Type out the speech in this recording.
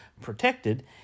protected